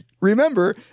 remember